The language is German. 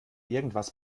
irgendwas